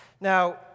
Now